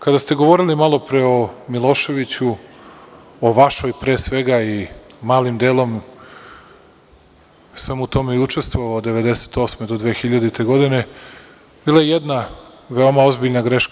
Kada ste govorili malopre o Miloševiću, o vašoj pre svega, a malim delom sam u tome i učestvovao od 1998. do 2000. godine, bila je jedna veoma ozbiljna greška.